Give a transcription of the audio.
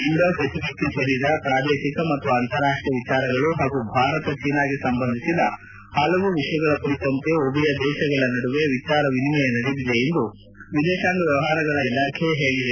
Indo ಫೆಸಿಫಿಕ್ಗೆ ಸೇರಿದ ಪ್ರಾದೇಶಿಕ ಮತ್ತು ಅಂತರಾಷ್ಷೀಯ ವಿಚಾರಗಳು ಹಾಗು ಭಾರತ ಚೇನಾಗೆ ಸಂಬಂಧಿಸಿದ ಹಲವು ವಿಷಯಗಳ ಕುರಿತಂತೆ ಉಭಯ ದೇಶಗಳ ನಡುವೆ ವಿಚಾರ ವಿನಿಮಯ ನಡೆದಿದೆ ಎಂದು ವಿದೇಶಾಂಗ ವ್ಲವಹಾರಗಳ ಇಲಾಖೆ ಹೇಳಿದೆ